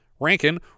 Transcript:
Rankin